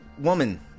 woman